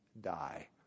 die